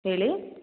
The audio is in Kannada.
ಹೇಳಿ